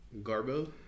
Garbo